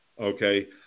okay